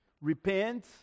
Repent